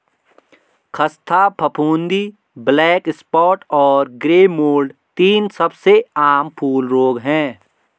ख़स्ता फफूंदी, black spot और ग्रे मोल्ड तीन सबसे आम फूल रोग हैं